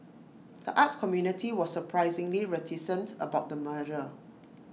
the arts community was surprisingly reticent about the merger